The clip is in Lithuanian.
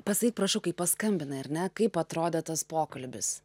pasakyk prašau kai paskambinai ar ne kaip atrodė tas pokalbis